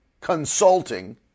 consulting